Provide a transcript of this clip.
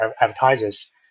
advertisers